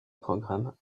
programme